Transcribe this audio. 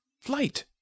Flight